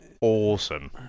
awesome